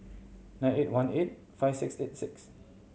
nine eight one eight five six eight six